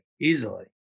Easily